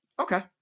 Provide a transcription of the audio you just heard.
Okay